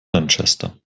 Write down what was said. manchester